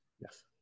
yes